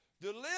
Deliver